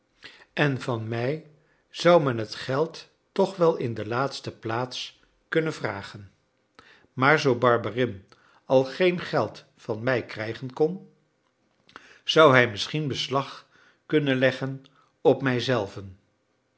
en van mij zou men het geld toch wel in de laatste plaats kunnen vragen maar zoo barberin al geen geld van mij krijgen kon zou hij misschien beslag kunnen leggen op mijzelven